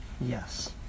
Yes